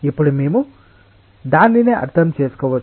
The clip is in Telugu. ఇప్పుడు మేము దానిని అర్థం చేసుకోవచ్చు